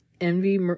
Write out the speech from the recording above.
envy